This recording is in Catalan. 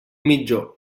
mitjó